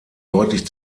deutlich